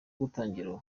gutangira